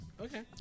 Okay